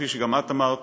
כפי שגם את אמרת,